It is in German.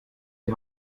die